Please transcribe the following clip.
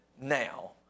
now